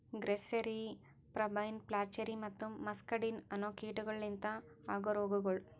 grasserie, pebrine, flacherie ಮತ್ತ muscardine ಅನೋ ಕೀಟಗೊಳ್ ಲಿಂತ ಆಗೋ ರೋಗಗೊಳ್